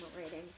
rating